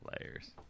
Layers